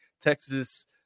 Texas –